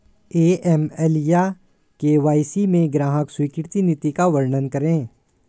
AML या KYC में ग्राहक स्वीकृति नीति का वर्णन करें?